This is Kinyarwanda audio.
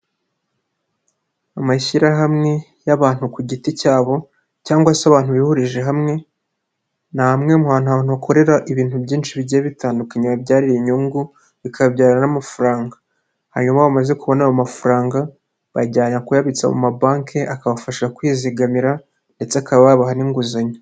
Amashyirahamwe y'abantu ku giti cyabo cyangwa se abantu bihurije hamwe ni amwe mu hantu hakorera ibintu byinshi bigiye bitandukanye bibabyarira inyungu bikababyarira n'amafaranga, hanyuma abamaze kubona ayo amafaranga bayajyana kuyabitsa mu ma banki akabafasha kwizigamira ndetse akaba yabaha n'inguzanyo.